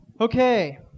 Okay